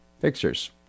Fixtures